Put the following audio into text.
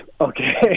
okay